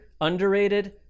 underrated